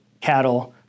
cattle